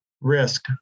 risk